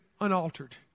unaltered